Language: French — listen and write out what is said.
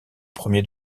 premiers